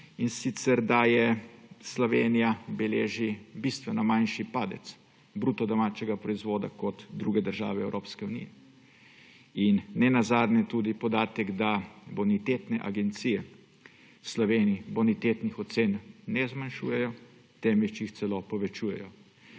in sicer da Slovenija beleži bistveno manjši padec bruto domačega proizvoda kot druge države Evropske unije. In ne nazadnje tudi podatek, da bonitetne agencije Sloveniji bonitetnih ocen ne zmanjšujejo, temveč jih celo povečujejo,